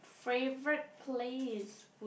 favorite place would